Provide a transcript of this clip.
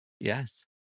Yes